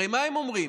הרי מה הם אומרים?